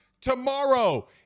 tomorrow